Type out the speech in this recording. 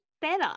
better